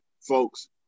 folks